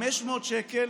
500 שקל